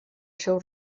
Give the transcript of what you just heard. seu